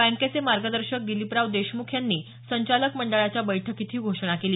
बँकेचे मार्गदर्शक दिलीपराव देशमुख यांनी संचालक मंडळाच्या बैठकीत ही घोषणा केली